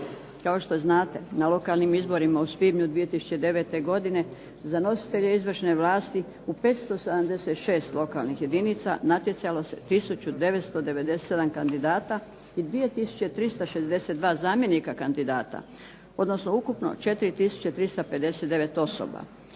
Kao što znate, na lokalnim izborima u svibnju 2009. godine za nositelje izvršne vlasti u 576 lokalnih jedinica natjecalo se 1997 kandidata i 2362 zamjenika kandidata, odnosno ukupno 4359 osoba.